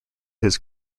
his